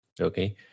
Okay